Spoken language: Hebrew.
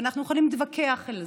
ואנחנו יכולים להתווכח על זה.